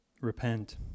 Repent